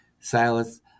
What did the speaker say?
Silas